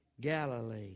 Galilee